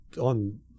on